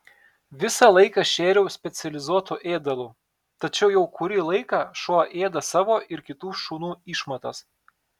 visą laiką šėriau specializuotu ėdalu tačiau jau kurį laiką šuo ėda savo ir kitų šunų išmatas